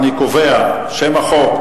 אני קובע ששם החוק,